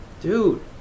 Dude